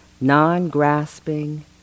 non-grasping